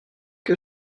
que